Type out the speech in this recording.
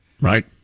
Right